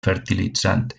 fertilitzant